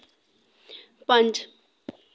पंज